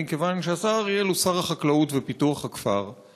מכיוון שהשר אריאל הוא שר החקלאות ופיתוח הכפר,